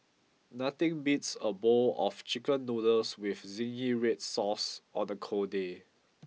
nothing beats a bowl of chicken noodles with zingy red sauce on a cold day